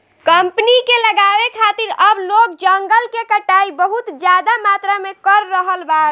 company के लगावे खातिर अब लोग जंगल के कटाई बहुत ज्यादा मात्रा में कर रहल बा